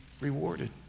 rewarded